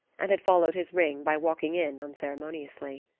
and had followed his ring by walking in unceremoniously.